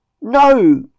No